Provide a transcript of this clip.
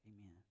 Amen